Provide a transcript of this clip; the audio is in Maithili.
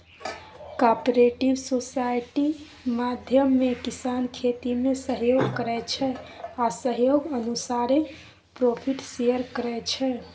कॉपरेटिव सोसायटी माध्यमे किसान खेतीमे सहयोग करै छै आ सहयोग अनुसारे प्रोफिट शेयर करै छै